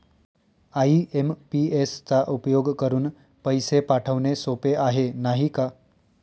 IMPS चा उपयोग करुन पैसे पाठवणे सोपे आहे, नाही का